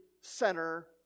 Center